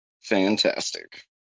Fantastic